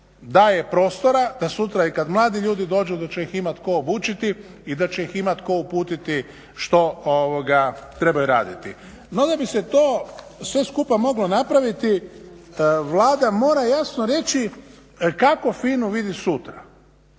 daje prostora da sutra i kad mladi ljudi dođu da će ih imati tko obučiti i da će ih imati tko uputiti što trebaju raditi. No da bi se to sve skupa moglo napraviti, Vlada mora jasno reći kako FINA-u vidi sutra,